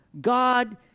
God